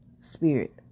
spirit